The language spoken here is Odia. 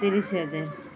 ତିରିଶ ହଜାର